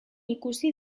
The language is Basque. ikusi